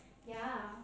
ya